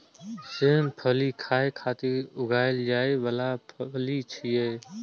सेम फली खाय खातिर उगाएल जाइ बला फली छियै